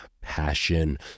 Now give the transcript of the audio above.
passion